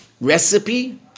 recipe